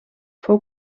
fou